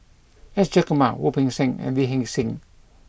S Jayakumar Wu Peng Seng and Lee Hee Seng